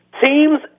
teams